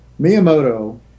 Miyamoto